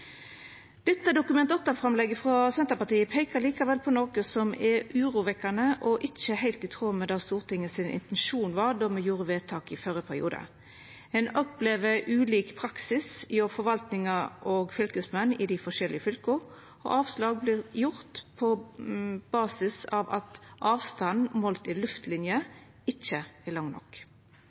Dette Dokument 8-framlegget frå Senterpartiet peikar likevel på noko som er urovekkjande og ikkje heilt i tråd med det som var Stortingets intensjon då me gjorde vedtak i førre periode. Ein opplever ulik praksis hjå forvaltinga og fylkesmenn i dei forskjellige fylka, og avslag vert gjorde på basis av at avstanden målt i luftlinje ikkje er lang nok.